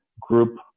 group